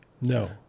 no